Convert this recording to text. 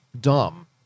dumb